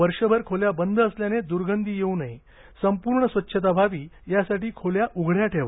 वर्षभर खोल्या बंद असल्याने दुर्गंधी येऊ नये संपूर्ण स्वच्छता व्हावी यासाठी खोल्या उघड्या ठेवा